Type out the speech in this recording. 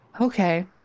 okay